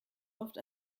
oft